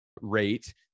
rate